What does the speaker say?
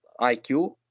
IQ